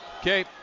Okay